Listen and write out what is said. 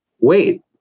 wait